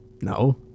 No